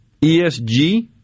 ESG